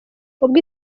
ubwo